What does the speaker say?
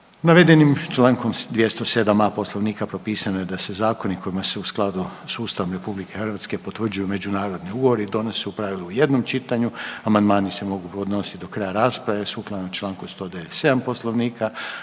Navedenim čl. 207a. Poslovnika propisano je da se zakoni kojima se u skladu s Ustavom RH potvrđuju međunarodni ugovori donose u pravilu u jednom čitanju. Amandmani se mogu podnosit do kraja rasprave sukladno čl. 197. Poslovnika.